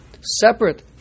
separate